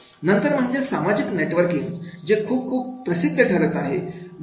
नंतर म्हणजे सामाजिक नेटवर्किंग जे खूप खूप प्रसिद्ध ठरत आहे